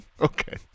Okay